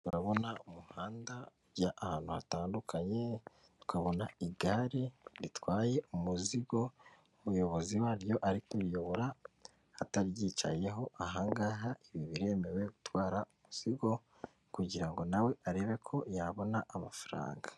Turabona umuhanda ujya ahantu hatandukanye tukabona igare ritwaye umuzigo, umuyobozi waryo ari kuriyobora ataryicayeho, aha ngaha ibi biremewe gutwara umuzigo kugira ngo nawe arebe ko yabona amafaranga.